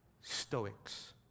Stoics